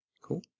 cool